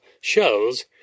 shows